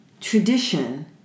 tradition